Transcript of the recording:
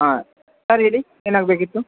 ಹಾಂ ಸರ್ ಹೇಳಿ ಏನಾಗಬೇಕಿತ್ತು